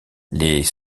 les